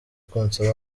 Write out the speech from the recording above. konsa